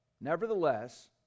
nevertheless